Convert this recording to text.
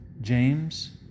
James